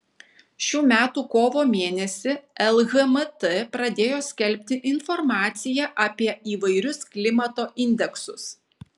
šių metų kovo mėnesį lhmt pradėjo skelbti informaciją apie įvairius klimato indeksus